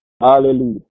Hallelujah